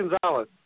Gonzalez